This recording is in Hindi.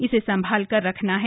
इसे संभालकर रखना है